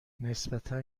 نسبتا